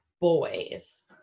boys